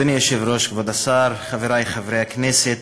אדוני היושב-ראש, כבוד השר, חברי חברי הכנסת,